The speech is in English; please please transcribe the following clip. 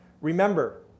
Remember